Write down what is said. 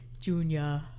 Junior